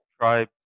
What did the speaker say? tribes